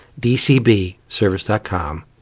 dcbservice.com